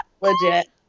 legit